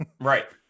Right